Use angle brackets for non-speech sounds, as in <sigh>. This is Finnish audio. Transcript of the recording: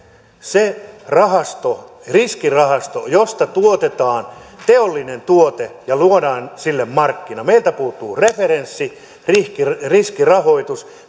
se rahasto riskirahasto josta tuotetaan teollinen tuote ja luodaan sille markkinat meiltä puuttuu referenssi riskirahoitus riskirahoitus <unintelligible>